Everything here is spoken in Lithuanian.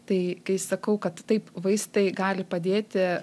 tai kai sakau kad taip vaistai gali padėti